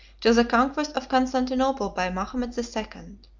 till the conquest of constantinople by mahomet the second.